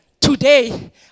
Today